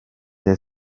der